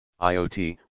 IoT